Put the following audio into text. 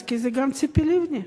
שרנסקי וגם ציפי לבני.